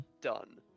done